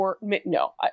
no